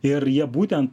ir jie būtent